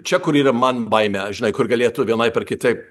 čia kur yra man baimė žinai kur galėtų vienaip ar kitaip